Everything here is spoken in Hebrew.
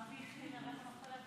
אדוני, הודעה שנייה,